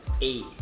eight